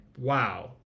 wow